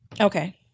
Okay